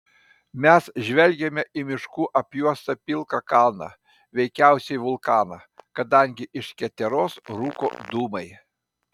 mes žvelgėme į miškų apjuostą pilką kalną veikiausiai vulkaną kadangi iš keteros rūko dūmai